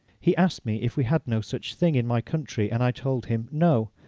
he asked me if we had no such thing in my country and i told him, no.